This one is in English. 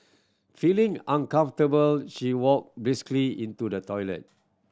feeling uncomfortable she walked briskly into the toilet